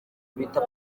bita